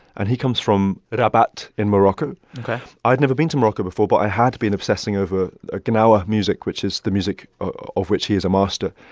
and he comes from rabat in morocco ok i had never been to morocco before, but i had been obsessing over ah gnawa music, which is the music of which he is a master.